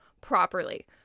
properly